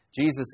Jesus